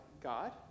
God